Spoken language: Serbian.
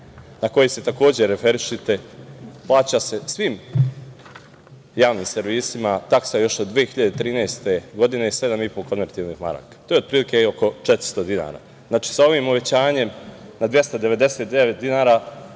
na koju se takođe referišete se plaća svim javnim servisima taksa još od 2013. godine, 7,5 KM. To je otprilike oko 400 dinara. Znači, sa ovim uvećanjem na 299 dinara